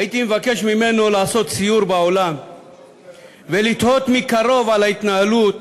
הייתי מבקש ממנו לעשות סיור בעולם ולתהות מקרוב על ההתנהלות,